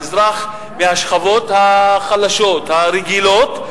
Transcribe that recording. האזרח מהשכבות החלשות הרגילות,